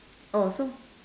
oh so